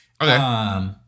Okay